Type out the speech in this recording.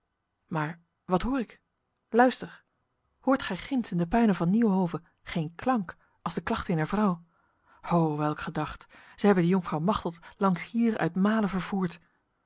maar wat hoor ik luister hoort gij ginds in de puinen van nieuwenhove geen klank als de klacht ener vrouw ho welk gedacht zij hebben de jonkvrouw machteld langs hier uit male vervoerd